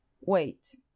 Wait